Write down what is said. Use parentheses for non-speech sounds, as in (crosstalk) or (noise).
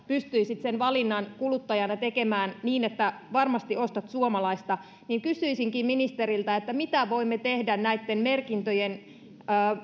(unintelligible) pystyisit sen valinnan kuluttajana tekemään niin että varmasti ostat suomalaista kysyisinkin ministeriltä miten voimme tehdä näitä merkintöjä